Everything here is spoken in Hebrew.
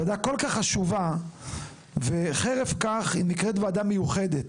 וועדה כל כך חשובה וחרף כך היא נקראת וועדה מיוחדת.